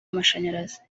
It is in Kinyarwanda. amashanyarazi